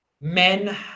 men